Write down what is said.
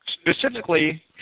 specifically